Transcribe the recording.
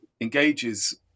engages